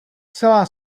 celá